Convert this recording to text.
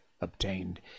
obtained